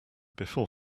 before